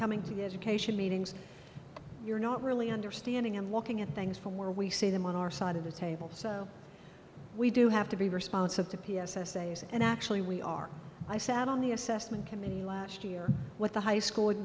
coming together cation meetings you're not really understanding and looking at things from where we see them on our side of the table so we do have to be responsive to p s essays and actually we are i sat on the assessment committee last year with the high school